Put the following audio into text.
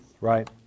Right